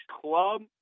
club